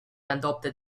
adopted